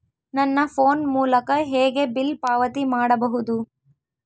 ನನ್ನ ಫೋನ್ ಮೂಲಕ ಹೇಗೆ ಬಿಲ್ ಪಾವತಿ ಮಾಡಬಹುದು?